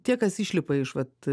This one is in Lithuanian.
tie kas išlipa iš vat